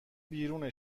بیرون